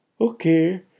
Okay